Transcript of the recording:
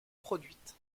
produite